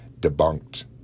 debunked